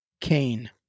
Cain